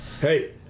Hey